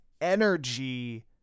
energy